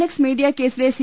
X media കേസിലെ C